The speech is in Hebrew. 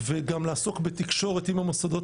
שם, למשל,